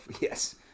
yes